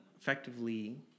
effectively